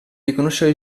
riconoscere